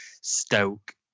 Stoke